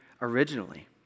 originally